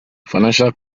financial